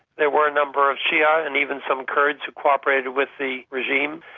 there were a number of shia and even some kurds who cooperated with the regime,